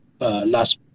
last